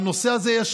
זו הונאה נוספת.